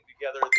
together